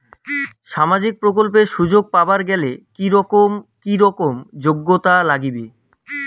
সামাজিক প্রকল্পের সুযোগ পাবার গেলে কি রকম কি রকম যোগ্যতা লাগিবে?